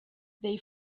they